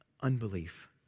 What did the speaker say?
unbelief